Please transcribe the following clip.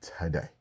today